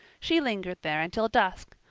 she lingered there until dusk,